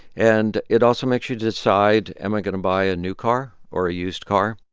and it also makes you decide, am i going to buy a new car or a used car?